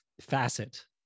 facet